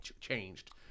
changed